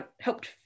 helped